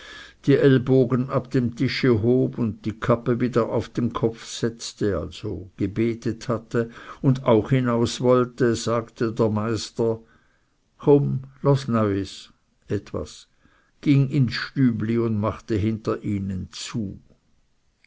die ellbogen ab dem tisch hob und die kappe wieder auf den kopf setzte also gebetet hatte und auch hinaus wollte sagte der meister kumm los neuis ging ins stübli und machte hinter ihnen zu